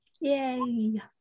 Yay